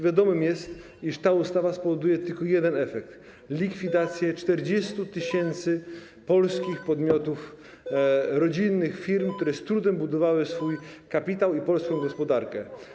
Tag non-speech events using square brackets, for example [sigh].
Wiadomo, iż ta ustawa spowoduje tylko jeden efekt, [noise] likwidację 40 tys. polskich podmiotów, rodzinnych firm, które z trudem budowały swój kapitał i polską gospodarkę.